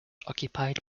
occupied